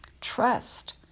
trust